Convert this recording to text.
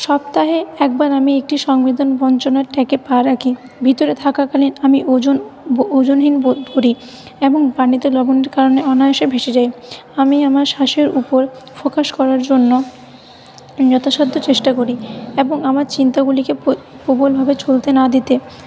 সপ্তাহে একবার আমি একটি সংবেদন বঞ্চনার ট্র্যাকে পা রাখি ভিতরে থাকাকালীন আমি ওজন ওজনহীন বোধ করি এবং পানিতে লবণের কারণে অনায়াসে ভেসে যাই আমি আমার শ্বাসের উপর ফোকাস করার জন্য যথাসাধ্য চেষ্টা করি এবং আমার চিন্তাগুলিকে প্রবলভাবে চলতে না দিতে